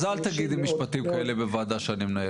אז אל תגידי משפטים כאלה בוועדה שאני מנהל.